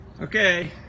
Okay